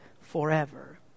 forever